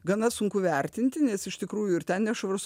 gana sunku vertinti nes iš tikrųjų ir ten nešvarus